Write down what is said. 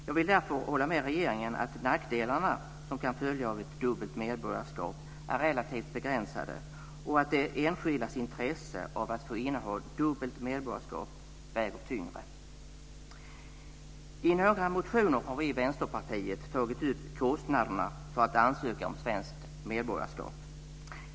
Jag vill därför hålla med regeringen om att de nackdelar som kan följa av ett dubbel medborgarskap är relativt begränsade och att de enskildas intresse av att få inneha dubbelt medborgarskap väger tyngre. I några motioner har vi i Vänsterpartiet tagit upp kostnaderna för att ansöka om svenskt medborgarskap.